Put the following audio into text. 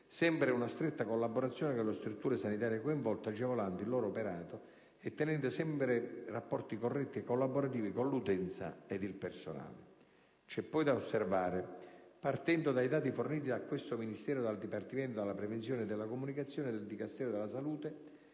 sempre una stretta collaborazione con le strutture sanitarie coinvolte, agevolando il loro operato e tenendo sempre rapporti corretti e collaborativi con l'utenza ed il personale. C'è poi da osservare, partendo dai dati forniti a questo Ministero dal dipartimento della prevenzione e della comunicazione del Dicastero della salute,